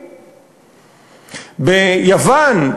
ביוון,